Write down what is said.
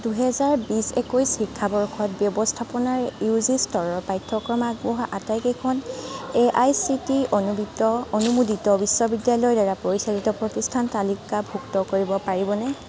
দুহাজাৰ বিছ একৈছ শিক্ষাবৰ্ষত ব্যৱস্থাপনা ইউ জি স্তৰৰ পাঠ্যক্ৰম আগবঢ়োৱা আটাইকেইখন A I C T E অনুদিত অনুমোদিত বিশ্ববিদ্যালয়ৰদ্বাৰা পৰিচালিত প্ৰতিষ্ঠান তালিকাভুক্ত কৰিব পাৰিবনে